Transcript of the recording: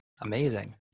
Amazing